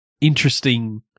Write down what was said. interesting